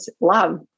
love